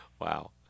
Wow